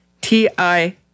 T-I